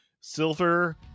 Silver